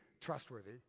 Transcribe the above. trustworthy